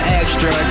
extra